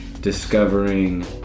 discovering